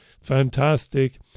Fantastic